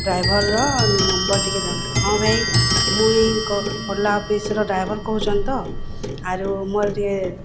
ଡ୍ରାଇଭର୍ର number ଟିକେ ଦିଅନ୍ ହଁ ଭାଇ ମୁଇଁ ଓଲା ଅଫିସ୍ର ଡ୍ରାଇଭର୍ କହୁଚନ୍ ତ ଆରୁ ମୋର୍ ଟିକେ